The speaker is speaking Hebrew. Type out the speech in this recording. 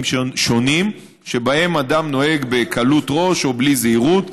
שונים שבהם נוהג אדם ברכב בקלות ראש או בלא זהירות.